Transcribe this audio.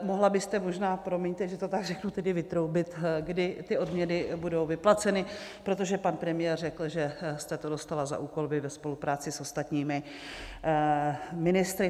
Mohla byste možná promiňte, že to tak řeknu tedy vytroubit, kdy ty odměny budou vyplaceny, protože pan premiér řekl, že jste to dostala za úkol vy ve spolupráci s ostatními ministry.